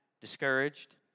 discouraged